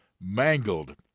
mangled